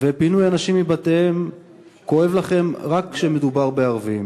ופינוי אנשים מבתיהם כואב לכם רק כשמדובר בערבים.